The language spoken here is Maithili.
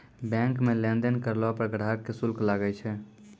बैंक मे लेन देन करलो पर ग्राहक के शुल्क लागै छै